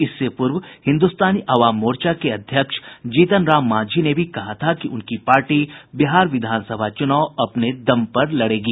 इससे पूर्व हिन्दूस्तानी अवाम मोर्चा के अध्यक्ष जीतन राम मांझी ने भी कहा था कि उनकी पार्टी बिहार विधानसभा चूनाव अपने दम पर लड़ेगी